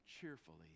cheerfully